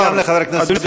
וגם לחבר הכנסת ג'בארין.